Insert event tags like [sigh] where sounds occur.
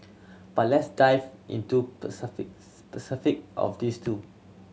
but let's dive into [unintelligible] specific of these two